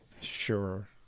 Sure